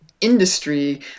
industry